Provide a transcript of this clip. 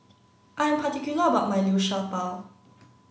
I am particular about my Liu Sha Bao